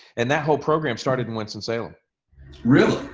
and that whole program started in winston salem really?